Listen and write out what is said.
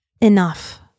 enough